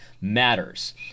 matters